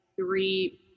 three